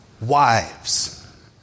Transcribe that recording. wives